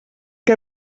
que